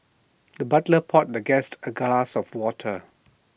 the butler poured the guest A glass of water